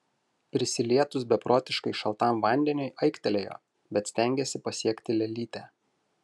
prisilietus beprotiškai šaltam vandeniui aiktelėjo bet stengėsi pasiekti lėlytę